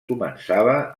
començava